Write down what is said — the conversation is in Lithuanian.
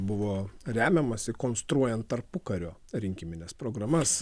buvo remiamasi konstruojant tarpukario rinkimines programas